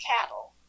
cattle